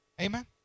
Amen